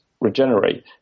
regenerate